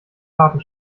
karten